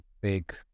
big